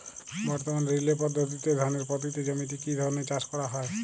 বর্তমানে রিলে পদ্ধতিতে ধানের পতিত জমিতে কী ধরনের চাষ করা হয়?